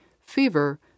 fever